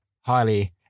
highly